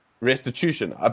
restitution